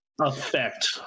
Effect